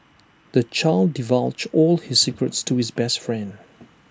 the child divulged all his secrets to his best friend